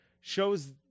shows